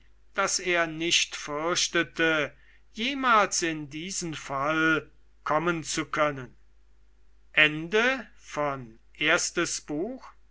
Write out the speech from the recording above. daß er nicht fürchtete jemals in diesen fall kommen zu können